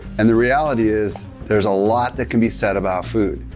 and the reality is, there's a lot that can be said about food,